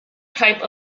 type